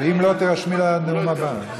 ואם לא, תירשמי לנאום הבא.